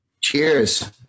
Cheers